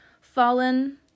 fallen